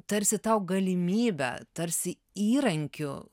tarsi tau galimybe tarsi įrankiu